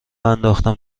انداختم